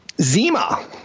Zima